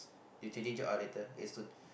you changing job ah later eh soon